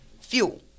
fuel